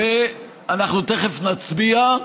ואנחנו תכף נצביע.